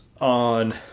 on